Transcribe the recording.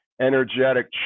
energetic